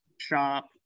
shop